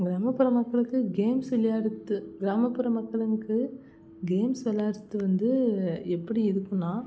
கிராமப்புற மக்களுக்கு கேம்ஸ் விளையாடுறது கிராமப்புற மக்களுக்கு கேம்ஸ் வெளாடறது வந்து எப்படி இருக்குன்னால்